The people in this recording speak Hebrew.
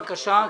בבקשה.